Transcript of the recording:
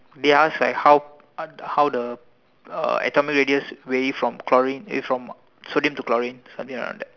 they ask like how uh how the uh atomic radius vary from chlorine eh from sodium to chlorine something around that